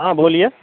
हँ बोलिए